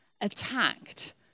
attacked